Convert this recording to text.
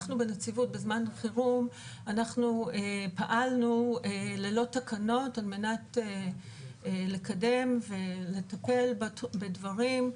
אנחנו בנציבות בזמן חירום פעלנו ללא תקנות על מנת לקדם ולטפל בדברים,